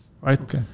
right